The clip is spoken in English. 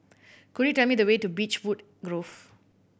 could you tell me the way to Beechwood Grove